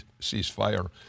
ceasefire